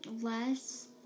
less